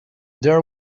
there